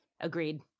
Agreed